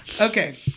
Okay